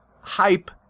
hype